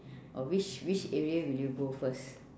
or which which area will you go first